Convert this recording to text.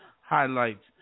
highlights